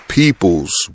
peoples